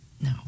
No